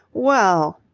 well.